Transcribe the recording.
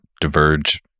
diverge